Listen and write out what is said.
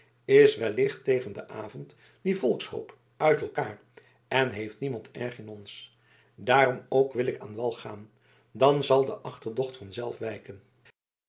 is wellicht tegen den avond die volkshoop uit elkaar en heeft niemand erg in ons daarom ook wil ik aan wal gaan dan zal de achterdocht van zelf wijken